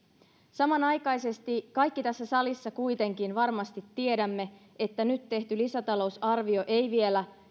samanaikaisesti me kaikki tässä salissa kuitenkin varmasti tiedämme että nyt tehty lisätalousarvio ei vielä